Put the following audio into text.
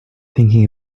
thinking